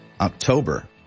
October